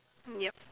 yup